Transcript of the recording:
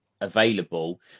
available